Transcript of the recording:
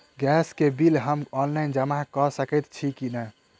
Gas केँ bill हम online जमा कऽ सकैत छी की नै?